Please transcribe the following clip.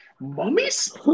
Mummies